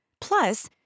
Plus